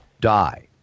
die